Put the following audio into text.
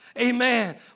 Amen